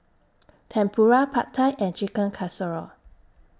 Tempura Pad Thai and Chicken Casserole